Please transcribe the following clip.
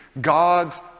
God's